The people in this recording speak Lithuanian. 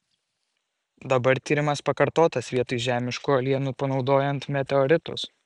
dabar tyrimas pakartotas vietoj žemiškų uolienų panaudojant meteoritus